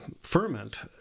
ferment